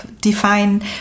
define